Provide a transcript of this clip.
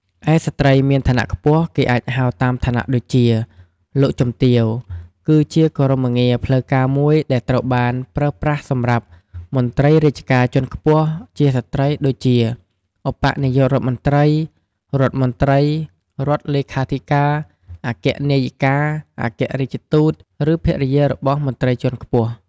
ឯស្ត្រីមានឋានៈខ្ពស់ គេអាចហៅតាមឋានៈដូចជា "លោកជំទាវ"គឺជាគោរមងារផ្លូវការមួយដែលត្រូវបានប្រើប្រាស់សម្រាប់ មន្ត្រីរាជការជាន់ខ្ពស់ជាស្ត្រីដូចជា ឧបនាយករដ្ឋមន្ត្រី រដ្ឋមន្ត្រី រដ្ឋលេខាធិការ អគ្គនាយិកា អគ្គរាជទូត ឬភរិយារបស់មន្ត្រីជាន់ខ្ពស់។